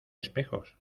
espejos